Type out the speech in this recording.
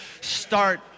start